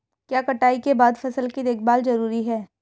क्या कटाई के बाद फसल की देखभाल जरूरी है?